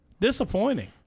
disappointing